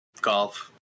golf